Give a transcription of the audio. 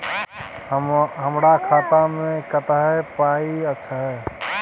हमरा खाता में कत्ते पाई अएछ?